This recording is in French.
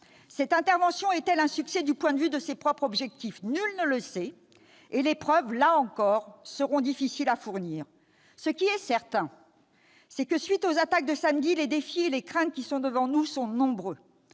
Cette intervention est-elle un succès du point de vue de ses propres objectifs ? Nul ne le sait et les preuves, là encore, seront difficiles à fournir. Ce qui est certain, c'est qu'à la suite des attaques de samedi les défis et les craintes sont nombreux